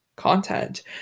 Content